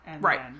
Right